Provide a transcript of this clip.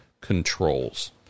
controls